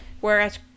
whereas